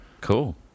Cool